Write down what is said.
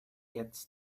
gets